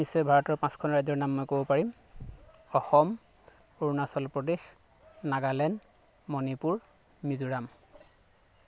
নিশ্চয় ভাৰতৰ পাঁচখন ৰাজ্যৰ নাম মই ক'ব পাৰিম অসম অৰুণাচল প্ৰদেশ নাগালেণ্ড মণিপুৰ মিজোৰাম